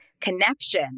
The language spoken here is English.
connection